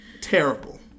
Terrible